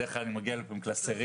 בדרך כלל אני מגיע לכאן עם קלסרים.